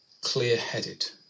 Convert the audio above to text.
clear-headed